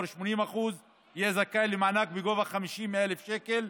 ב-80% יהיה זכאי למענק בגובה 50,000 שקלים,